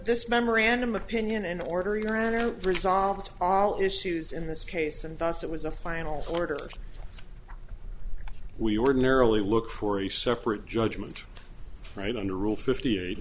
this memorandum opinion and order your honor resolved all issues in this case and thus it was a final order we ordinarily look for a separate judgment right under rule fifty eight